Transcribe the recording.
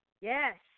Yes